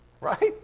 Right